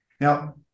Now